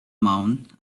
mound